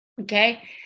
okay